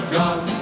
gone